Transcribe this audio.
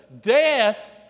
death